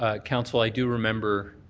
ah council, i do remember